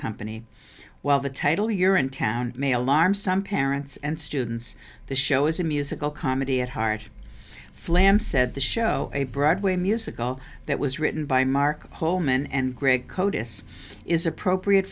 company while the title year in town may alarm some parents and students the show is a musical comedy at heart flam said the show a broadway musical that was written by mark holeman and greg codice is appropriate